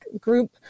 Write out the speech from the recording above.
group